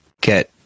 get